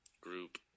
group